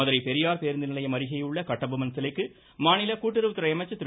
மதுரை பெரியார் பேருந்துநிலையம் அருகேயுள்ள கட்டபொம்மன் சிலைக்கு மாநில கூட்டுறவுத்துறை அமைச்சர் திரு